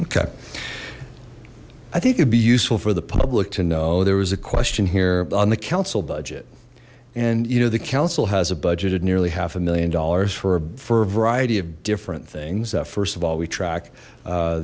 okay i think it'd be useful for the public to know there was a question here on the council budget and you know the council has a budget at nearly half a million dollars for a for a variety of different things that first of all we track